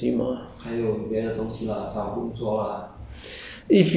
你的是在做你的 vending machine 的东西吗还有别的东西